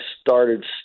started